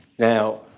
Now